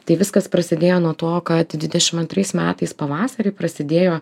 tai viskas prasidėjo nuo to kad dvidešimt antrais metais pavasarį prasidėjo